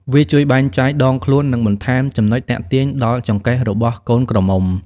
វាជួយបែងចែកដងខ្លួន និងបន្ថែមចំណុចទាក់ទាញដល់ចង្កេះរបស់កូនក្រមុំ។